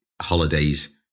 holidays